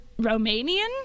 Romanian